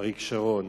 אריק שרון